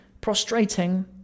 Prostrating